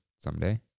someday